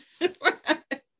right